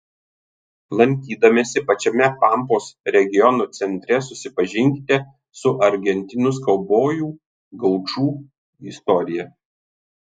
lankydamiesi pačiame pampos regiono centre susipažinkite su argentinos kaubojų gaučų istorija